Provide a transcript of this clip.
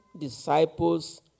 disciples